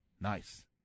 Nice